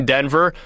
Denver